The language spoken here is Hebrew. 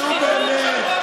נו, באמת.